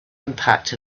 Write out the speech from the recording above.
impact